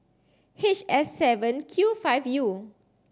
H S seven Q five U